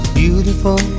beautiful